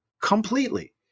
completely